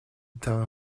temps